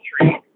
tree